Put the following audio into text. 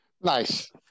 Nice